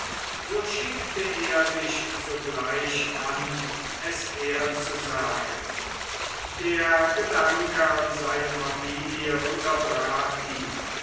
so schickte er sich sogleich an es herzusagen der gedanke an seine familie unterbrach ihn